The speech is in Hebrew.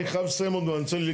אני חייב לסיים עוד מעט.